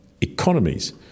Economies